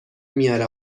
میاره